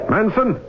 Manson